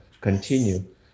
continue